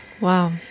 Wow